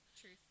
Truth